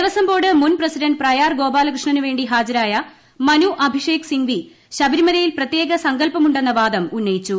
Devaswom board മുൻ president Prayar ഗോപാലകൃഷ്ണന് വേണ്ടി ഹാജരായ മനു അഭിഷേക് സിംഗ്വി ശബരിമലയിൽ പ്രത്യേക സങ്കൽപ്പം ഉണ്ടെന്ന വാദം ഉന്നയിച്ചു